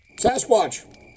Sasquatch